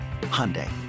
Hyundai